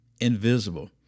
invisible